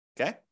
Okay